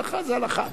הלכה זה הלכה.